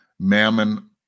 Mammon